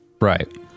Right